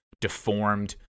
deformed